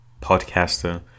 podcaster